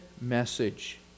message